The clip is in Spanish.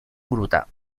gruta